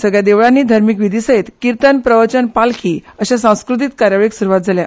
सगल्या देवळांनी धार्मीक विधी सयत किर्तन प्रवचन पालखी अशा सांस्कृतीक कार्यावळींक सुरवात जाल्या